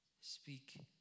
Speak